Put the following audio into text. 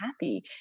happy